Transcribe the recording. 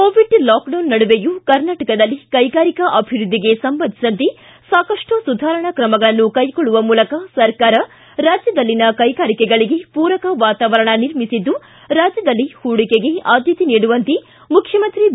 Covid lockdown ನಡುವೆಯೂ ಕರ್ನಾಟಕದಲ್ಲಿ ಕೈಗಾರಿಕಾ ಅಭಿವೃದ್ದಿಗೆ ಸಂಬಂಧಿಸಿದಂತೆ ಸಾಕಷ್ಟು ಸುಧಾರಣಾ ಕ್ರಮಗಳನ್ನು ಕೈಗೊಳ್ಳುವ ಮೂಲಕ ಸರ್ಕಾರ ರಾಜ್ಯದಲ್ಲಿನ ಕೈಗಾರಿಕೆಗಳಿಗೆ ಪೂರಕ ವಾತಾವರಣ ನಿರ್ಮಿಸಿದ್ದು ರಾಜ್ಯದಲ್ಲಿ ಹೂಡಿಕೆಗೆ ಆದ್ಯತೆ ನೀಡುವಂತೆ ಮುಖ್ಯಮಂತ್ರಿ ಬಿ